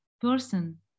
person